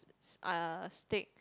uh steak